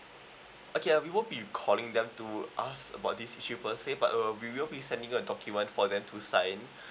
okay uh we will be calling them to ask about this issue per se but uh we will be sending a document for them to sign